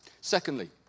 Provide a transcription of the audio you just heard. Secondly